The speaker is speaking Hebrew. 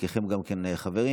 חלקכם גם כן חברים,